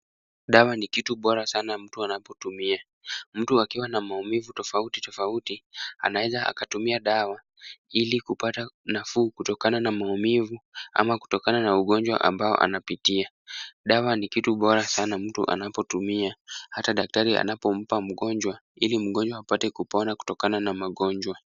Dawa ni kitu bora sana mtu anapotumia. Mtu akiwa na maumivu tofauti tofauti, anaweza akatumia dawa ili kupata nafuu kutokana na maumivu ama kutokana na ugonjwa ambao anapitia. Dawa ni kitu bora sana mtu anapotumia hata daktari anapompa mgonjwa ili mgonjwa apate kupona kutokana na magonjwa.